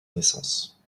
naissance